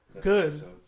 good